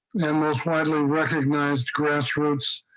then we'll finally recognized grassroots.